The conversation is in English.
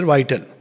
Vital